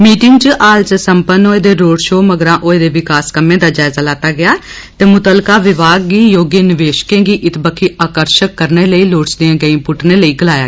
meeting च हाल च सम्पन्न होए दे रोड शो मगरा होए दे विकास कम्में दा जायजा लैता गेआ ते मुत्तलका विभाग गी योग्य निवेशकें गी इत्त बक्खी आकर्षक करने लेई लोड़चदियां गैंई पुट्टने लेई गलाया